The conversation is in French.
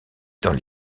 dans